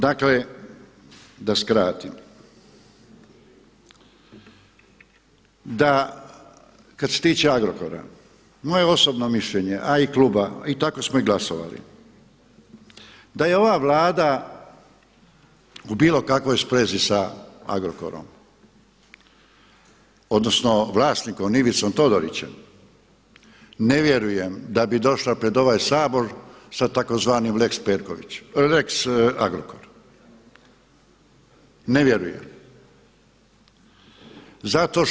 Dakle da skratim, što se tiče Agrokora moje osobno mišljenje a i kluba i tako smo i glasovali da je ova Vlada u bilo kakvoj sprezi sa Agrokorom odnosno vlasnikom Ivicom Todorićem ne vjerujem da bi došla pred ovaj Sabor sa tzv. lex Agrokorom, ne vjerujem.